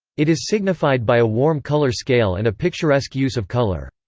it is signified by a warm colour scale and a picturesque use of colour.